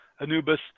Anubis